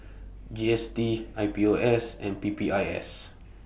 G S T I P O S and P P I S